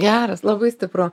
geras labai stipru